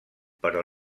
però